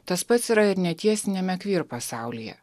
tas pats yra ir netiesiniame queer pasaulyje